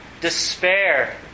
despair